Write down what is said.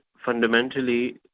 Fundamentally